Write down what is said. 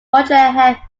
roger